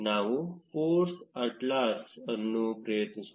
ನಾವು ForceAtlas ಅನ್ನು ಪ್ರಯತ್ನಿಸೋಣ